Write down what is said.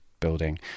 building